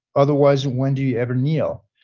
otherwise, when do you ever kneel?